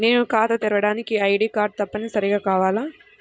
నేను ఖాతా తెరవడానికి ఐ.డీ కార్డు తప్పనిసారిగా కావాలా?